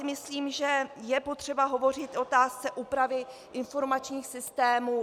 Myslím, že je potřeba hovořit o otázce úpravy informačních systémů.